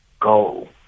goal